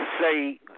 say